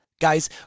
Guys